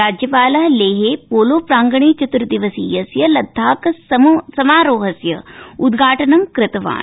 राज्यपाल लेहे पोलो प्रांगणे चत्दिर्वसीयस्य लद्दाख समारोहस्य उद्घाटनं कृतवान्